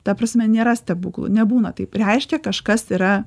ta prasme nėra stebuklų nebūna taip reiškia kažkas yra